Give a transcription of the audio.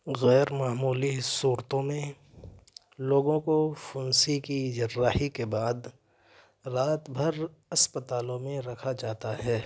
غیر معمولی صورتوں میں لوگوں کو پھنسی کی جراحی کے بعد رات بھر اسپتالوں میں رکھا جاتا ہے